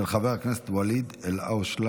של חבר הכנסת ואליד אלהואשלה.